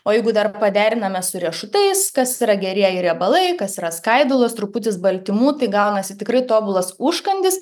o jeigu dar deriname su riešutais kas yra gerieji riebalai kas yra skaidulos truputis baltymų tai gaunasi tikrai tobulas užkandis